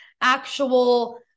actual